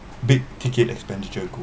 big ticket expenditure goal